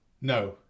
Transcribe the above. No